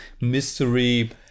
mystery